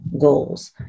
Goals